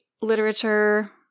literature